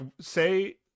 say